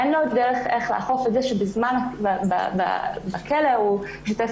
אין לו דרך לאכוף את זה שבכלא הוא ישתתף